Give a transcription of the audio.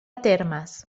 termes